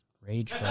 Rage